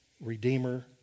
redeemer